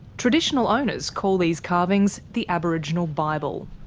traditional owners call these carvings the aboriginal bible.